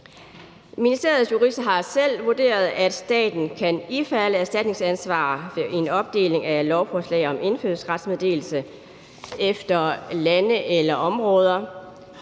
Ministeriets jurister har selv vurderet, at staten kan ifalde erstatningsansvar ved en opdeling af lovforslaget om indfødsrets meddelelse efter lande eller områder.